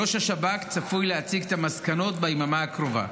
ראש השב"כ צפוי להציג את המסקנות ביממה הקרובה.